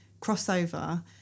crossover